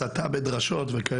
הסתה בדרשות ודברים כאלה.